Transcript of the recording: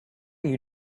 you